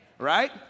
Right